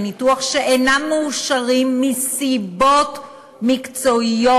ניתוח שאינם מאושרים מסיבות מקצועיות,